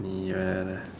நீ வேறே:nii veeree